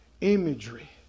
imagery